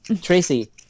Tracy